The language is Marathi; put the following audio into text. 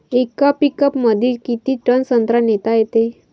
येका पिकअपमंदी किती टन संत्रा नेता येते?